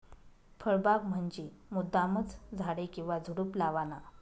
फळबाग म्हंजी मुद्दामचं झाडे किंवा झुडुप लावाना